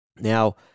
Now